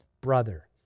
brother